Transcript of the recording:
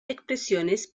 expresiones